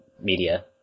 media